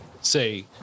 say